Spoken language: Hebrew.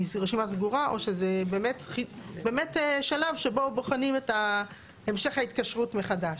היא רשימה סגורה או שזה באמת שלב שבו בוחנים את המשך ההתקשרות מחדש.